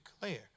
declare